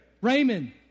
Raymond